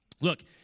Look